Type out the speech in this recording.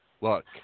look